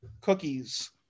cookies